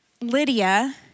Lydia